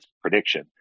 prediction